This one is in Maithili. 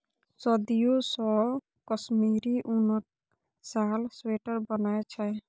सदियों सँ कश्मीरी उनक साल, स्वेटर बनै छै